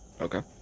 Okay